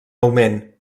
augment